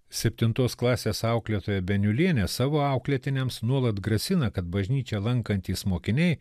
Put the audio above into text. septintos klasės auklėtoja beniulienė savo auklėtiniams nuolat grasina kad bažnyčią lankantys mokiniai